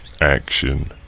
action